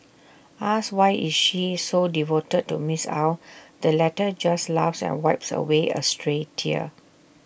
asked why she is so devoted to miss Ow the latter just laughs and wipes away A stray tear